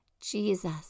Jesus